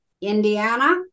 Indiana